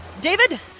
David